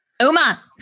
Uma